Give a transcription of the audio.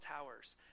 towers